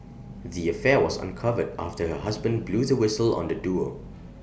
the affair was uncovered after her husband blew the whistle on the duo